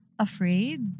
Afraid